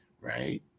right